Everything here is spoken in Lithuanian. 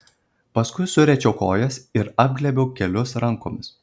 paskui suriečiau kojas ir apglėbiau kelius rankomis